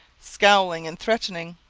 scowling and threatening.